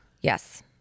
yes